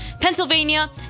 Pennsylvania